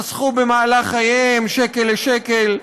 חסכו במהלך חייהם שקל לשקל,